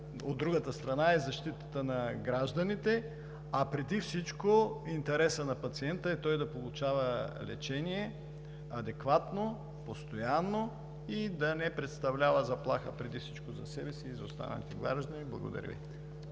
от другата страна е защитата на гражданите, а преди всичко интересът на пациента е той да получава лечение – адекватно, постоянно, и да не представлява заплаха преди всичко за себе си и за останалите граждани. Благодаря Ви.